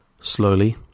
Slowly